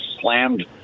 slammed